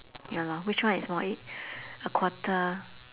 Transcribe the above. ya lor which one is more it a quarter